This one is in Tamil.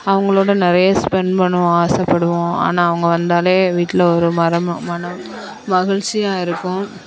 அவங்களோட நிறைய ஸ்பென்ட் பண்ணணுன்னு ஆசைப்படுவோம் ஆனால் அவங்க வந்தாலே வீட்டில் ஒரு மரம மன மகிழ்ச்சியாக இருக்கும்